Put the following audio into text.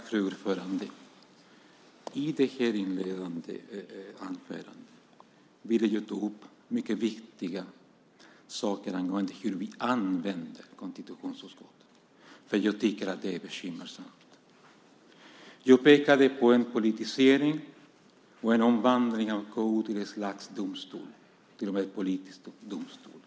Fru talman! I det inledande anförandet ville jag ta upp mycket viktiga saker angående hur vi använder konstitutionsutskottet, för jag tycker att detta är bekymmersamt. Jag pekade på en politisering och en omvandling av KU till ett slags domstol, till och med en politisk domstol.